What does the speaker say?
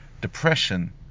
Depression